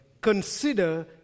consider